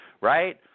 right